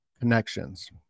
connections